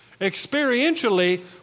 Experientially